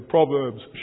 Proverbs